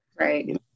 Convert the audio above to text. Right